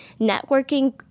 networking